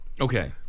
Okay